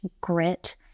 grit